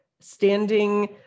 standing